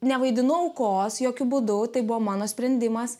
nevaidinu aukos jokiu būdu tai buvo mano sprendimas